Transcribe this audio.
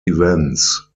events